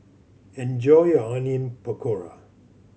enjoy your Onion Pakora